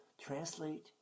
translate